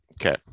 okay